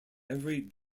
every